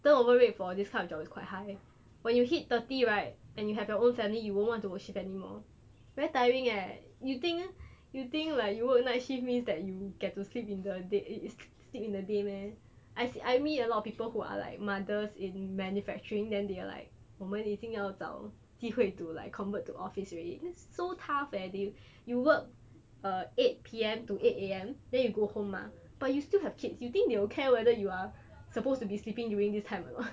the turnover rate for this kind of job is quite high when you hit thirty right and you have your own family you won't want to shift anymore very tiring leh you think you think like you work night shift means that you get to sleep in the date is sleep in the day meh I I meet a lot of people who are like mothers in manufacturing then they are like 我们已经要找机会 to like convert to office already so tough eh they you work err eight P_M to eight A_M then you go home mah but you still have kids you think they will care whether you are supposed to be sleeping during this time or not